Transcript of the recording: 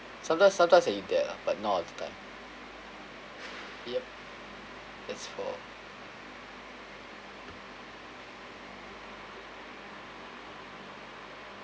sometimes sometimes I eat there ah but not all the time yup that's for